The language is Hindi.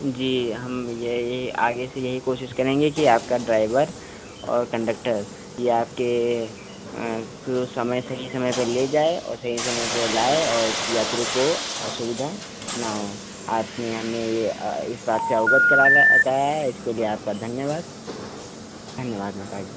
जी हम यह यही आगे से यही कोशिश करेंगे कि आपका ड्राइवर और कंडक्टर यह आपके सुसमय सही समय पर ले जाए और सही समय पर लाए और यात्रियों को असुविधा ना हो आपने हमें यह इस बात से औगत कराया है इसके लिए आपका धन्यवाद धन्यवाद माता जी